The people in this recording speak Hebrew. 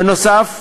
בנוסף,